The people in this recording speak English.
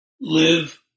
live